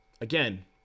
again